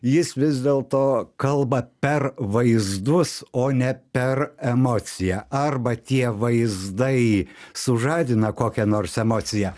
jis vis dėlto kalba per vaizdus o ne per emociją arba tie vaizdai sužadina kokią nors emociją